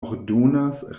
ordonas